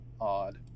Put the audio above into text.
odd